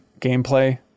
gameplay